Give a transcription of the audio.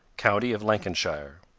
county of lancashire.